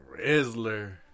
Rizzler